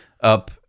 up